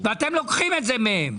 ואתם לוקחים את זה מהם.